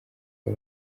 abo